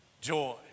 joy